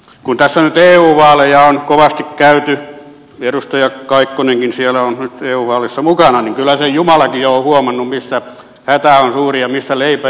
kun tässä nyt eu vaaleja on kovasti käyty edustaja kaikkonenkin on nyt siellä eu vaaleissa mukana niin kyllä sen jumalakin on jo huomannut missä hätä on suurin ja missä leipä ensimmäisenä loppuu